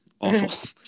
Awful